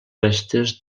restes